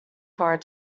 forward